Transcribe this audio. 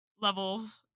levels